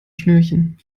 schnürchen